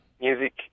Music